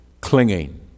clinging